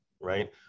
right